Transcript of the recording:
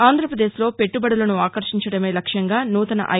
ఆంధ్రాపదేశ్లో పెట్టబడులను ఆకర్షించడమే లక్ష్యంగా నూతన ఐ